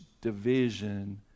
division